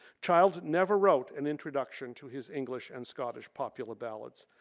child never wrote an introduction to his english and scottish popular ballads.